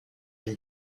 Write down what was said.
been